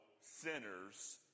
sinners